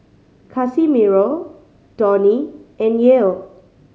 Casimiro Donny and Yael